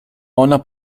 ona